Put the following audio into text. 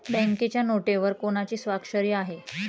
बँकेच्या नोटेवर कोणाची स्वाक्षरी आहे?